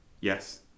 Yes